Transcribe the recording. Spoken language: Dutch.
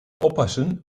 oppassen